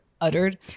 uttered